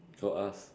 go ask